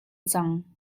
cang